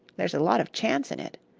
there's a lot of chance in it.